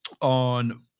on